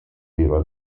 vero